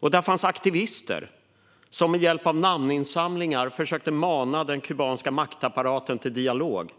Och där fanns aktivister som med hjälp av namninsamlingar försökte mana den kubanska maktapparaten till dialog.